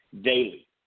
daily